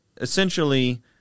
essentially